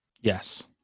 Yes